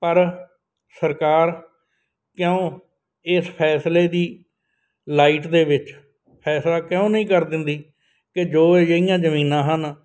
ਪਰ ਸਰਕਾਰ ਕਿਉਂ ਇਸ ਫੈਸਲੇ ਦੀ ਲਾਈਟ ਦੇ ਵਿੱਚ ਫੈਸਲਾ ਕਿਉਂ ਨਹੀਂ ਕਰ ਦਿੰਦੀ ਕਿ ਜੋ ਅਜਿਹੀਆਂ ਜ਼ਮੀਨਾਂ ਹਨ